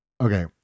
Okay